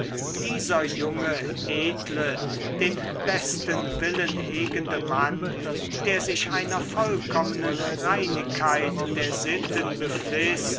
dieser junge edle den besten willen hegende mann der sich einer vollkommenen reinigkeit der sitten